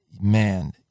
man